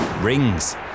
Rings